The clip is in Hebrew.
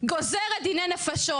גוזרת דיני נפשות.